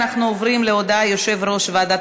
אנחנו עוברים להודעת יושב-ראש ועדת